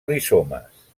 rizomes